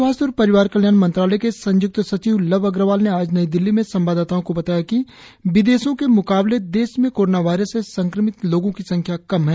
स्वास्थ्य और परिवार कल्याण मंत्रालय के संय्क्त सचिव लव अग्रवाल ने आज नई दिल्ली में संवाददाताओं को बताया कि विदेशों के म्काबले देश में कोरोना वायरस से संक्रमित लोगों की संख्या कम है